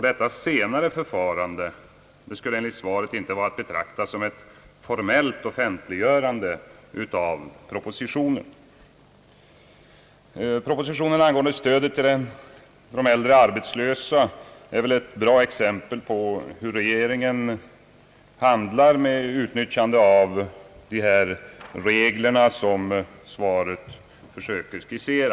Detta senare förfarande skulle enligt svaret icke vara att betrakta som ett offentliggörande av propositionen. Propositionen angående stödet till de äldre arbetslösa är väl ett bra exempel på hur regeringen handlar med utnyttjande av de regler som skisseras i svaret.